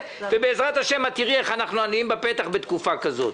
ובעזרת השם את תראי איך אנחנו עניים בפתח בתקופה כזאת.